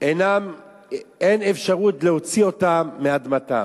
אין אפשרות להוציא אותם מאדמתם.